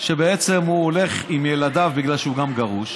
שבעצם הוא הולך עם ילדיו, בגלל שהוא גם גרוש,